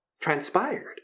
transpired